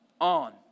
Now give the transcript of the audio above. on